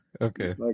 Okay